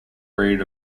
breed